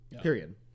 Period